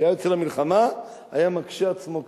וכשהיה יוצא למלחמה היה מקשה עצמו כעץ.